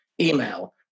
email